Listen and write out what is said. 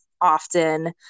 often